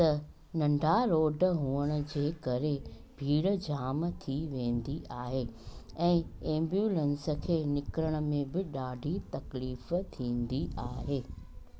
त नंढा रोड हुअण जे करे भीड़ जामु थी वेंदी आहे ऐं एम्बुलेंस खे निकिरण में बि ॾाढी तकलीफ़ थींदी आहे